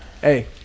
Hey